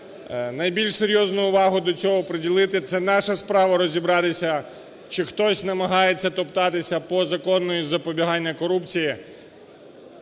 найбільш серйозну увагу до цього приділити, це наша справа розібратися чи хтось намагається топтатися по закону із запобігання корупції.